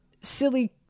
Silly